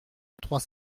trois